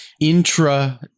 intra